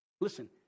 listen